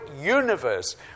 universe